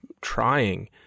trying